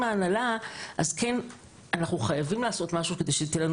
ההנהלה אז כן אנחנו חייבים לעשות משהו כדי שתהיה לנו